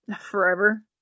Forever